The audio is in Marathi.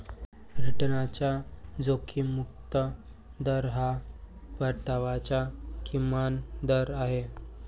रिटर्नचा जोखीम मुक्त दर हा परताव्याचा किमान दर आहे